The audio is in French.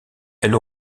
elle